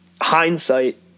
hindsight